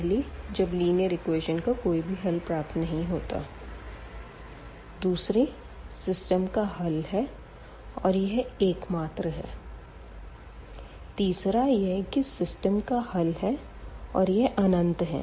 पहला जब linear equation का कोई भी हल प्राप्त नहीं होता दूसरा सिस्टम का हल है और यह एकमात्र है और तीसरा यह कि सिस्टम का हल है और यह अनंत है